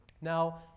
now